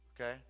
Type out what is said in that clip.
okay